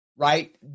Right